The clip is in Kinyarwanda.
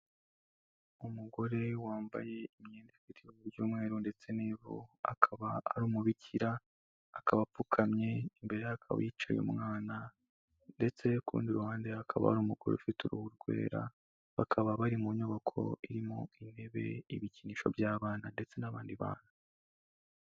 Umugore wambaye imyenda ifite uburyo umweru ndetse n'ivu akaba ari umubikira akaba apfukamye imbere akaba yicaranye n'umwana ndetse kurundi ruhande akaba ari umu umugore ufite uruhu rwera akaba ari mu nyubako irimo intebe ibikinisho by'abana ndetse n'abandi bantu